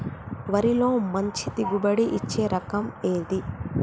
వరిలో మంచి దిగుబడి ఇచ్చే రకం ఏది?